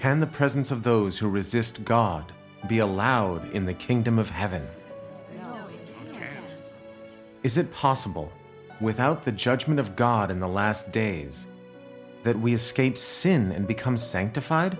can the presence of those who resist god be allowed in the kingdom of heaven is it possible without the judgment of god in the last days that we escaped sin and become sanctif